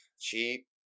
Cheap